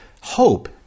Hope